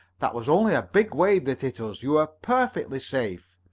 that was only a big wave that hit us. you are perfectly safe.